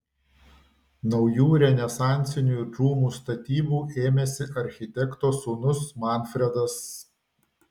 naujų renesansinių rūmų statybų ėmėsi architekto sūnus manfredas